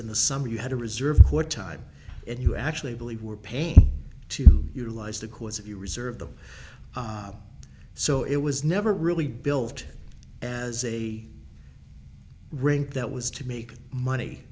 in the summer you had a reserve for time and you actually believe were paying to utilize the cause if you reserve the so it was never really built as a rink that was to make money